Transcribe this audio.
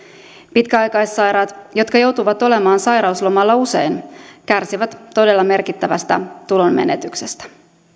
pitkäaikaissairaat jotka joutuvat olemaan sairauslomalla usein kärsivät todella merkittävästä tulonmenetyksestä